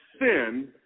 sin